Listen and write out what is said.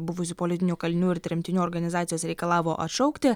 buvusių politinių kalinių ir tremtinių organizacijos reikalavo atšaukti